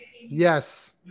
Yes